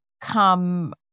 come